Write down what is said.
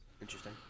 Interesting